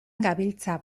gabiltza